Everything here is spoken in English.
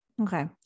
Okay